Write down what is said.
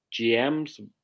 GMs